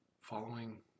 following